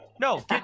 No